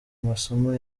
masomo